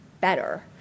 better